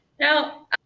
Now